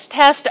test